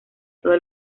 todo